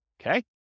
Okay